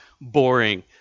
boring